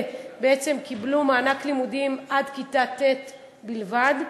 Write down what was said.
בעצם קיבלו מענק לימודים עד כיתה ט' בלבד,